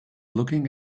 looking